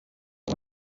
ich